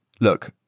Look